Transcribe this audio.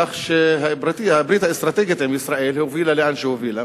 כך שהברית האסטרטגית עם ישראל הובילה לאן שהובילה,